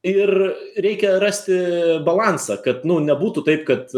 ir reikia rasti balansą kad nu nebūtų taip kad